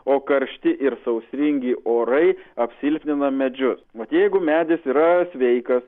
o karšti ir sausringi orai apsilpnina medžius vat jeigu medis yra sveikas